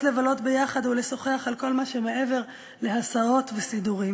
לבלות יחד ולשוחח על כל מה שמעבר להסעות וסידורים,